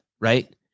right